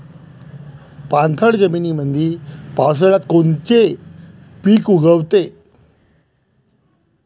पाणथळ जमीनीमंदी पावसाळ्यात कोनचे पिक उगवते?